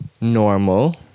normal